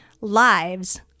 lives